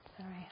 Sorry